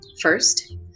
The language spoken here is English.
First